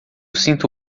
sinto